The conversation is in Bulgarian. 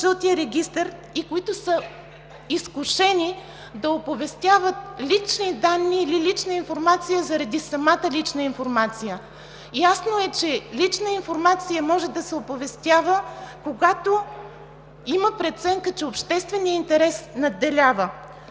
и които са изкушени да оповестяват лични данни или лична информация, заради самата лична информация. Ясно е, че лична информация може да се оповестява, когато има преценка, че общественият интерес надделява.